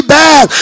bad